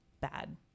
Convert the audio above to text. bad